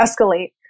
escalate